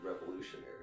revolutionary